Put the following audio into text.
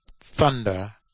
thunder